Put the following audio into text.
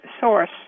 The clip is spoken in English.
source